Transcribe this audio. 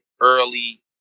early